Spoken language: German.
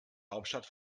hauptstadt